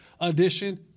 edition